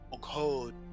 code